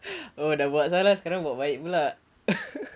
oh dah buat salah sekarang buat baik pula